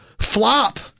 flop